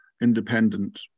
independent